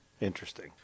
Interesting